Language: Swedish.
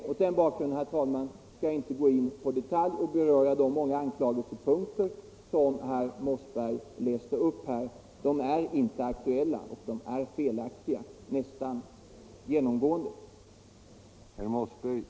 Mot den bakgrunden, herr talman, skall jag inte gå in i detalj och beröra de många anklagelsepunkter som herr Mossberg läste upp. De är inte aktuella. De är nästan genomgående felaktiga.